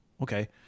okay